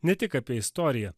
ne tik apie istoriją